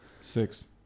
six